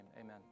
Amen